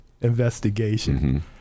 investigation